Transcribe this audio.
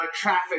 traffic